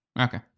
Okay